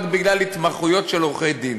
רק בגלל התמחויות של עורכי-דין.